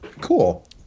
Cool